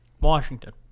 Washington